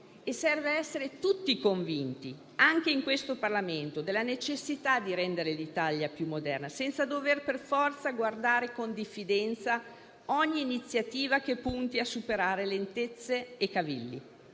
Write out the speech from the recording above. Serve essere tutti convinti, anche in questo Parlamento, della necessità di rendere l'Italia più moderna, senza dover per forza guardare con diffidenza ogni iniziativa che punti a superare lentezze e cavilli,